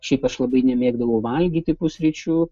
šiaip aš labai nemėgdavau valgyti pusryčių